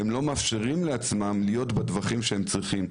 הם לא מאפשרים לעצמם להיות בטווחים שהם צריכים.